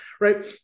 right